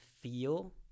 feel